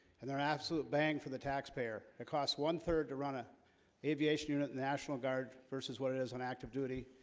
and they're an absolute bang for the taxpayer it costs one third to run a aviation unit the national guard versus what it is an act of duty,